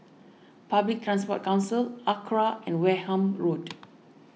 Public Transport Council Acra and Wareham Road